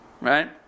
Right